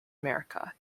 america